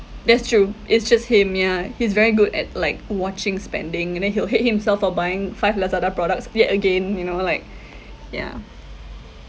that's true it's just him yeah he's very good at like watching spending and then he'll hate himself for buying five Lazada products yet again you know like yeah